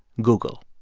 google.